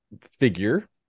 figure